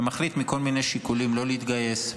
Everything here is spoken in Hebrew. שמחליט מכל מיני שיקולים לא להתגייס.